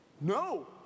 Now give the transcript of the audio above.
no